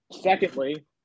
secondly